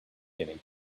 getting